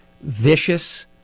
vicious